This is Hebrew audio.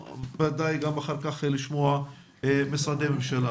ואחר כך נעבור לשמוע משרדי ממשלה.